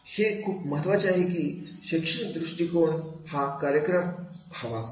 हे खूप महत्वाचे आहे की शैक्षणिक दृष्टिकोन हा कार्यक्रम असावा